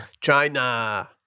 China